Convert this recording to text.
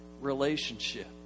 relationship